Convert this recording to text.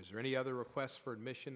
as are any other requests for admission